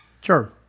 Sure